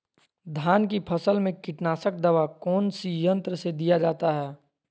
धान की फसल में कीटनाशक दवा कौन सी यंत्र से दिया जाता है?